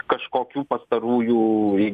kažkokių pastarųjų